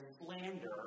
slander